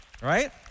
Right